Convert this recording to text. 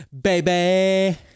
baby